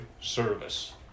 service